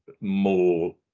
more